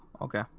Okay